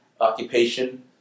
occupation